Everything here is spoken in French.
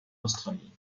australie